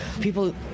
people